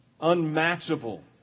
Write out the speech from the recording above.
unmatchable